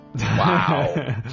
Wow